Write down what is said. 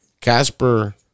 Casper